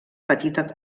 petita